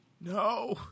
No